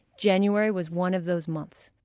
january was one of those months.